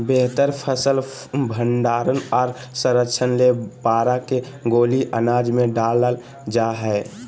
बेहतर फसल भंडारण आर संरक्षण ले पारा के गोली अनाज मे डालल जा हय